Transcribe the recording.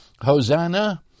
Hosanna